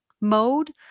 mode